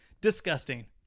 disgusting